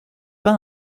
pas